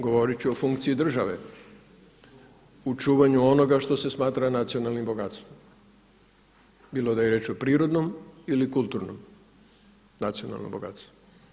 Govoriti ću o funkciji države u čuvanju onoga što se smatra nacionalnim bogatstvom bilo da je riječ o prirodnom ili kulturnom nacionalnom bogatstvu.